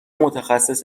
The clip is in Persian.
متخصص